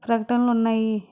ప్రకటనలు ఉన్నాయి